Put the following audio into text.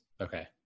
Okay